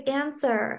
answer